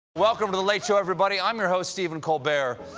welcome to the late show, everybody. i'm your host stephen colbert.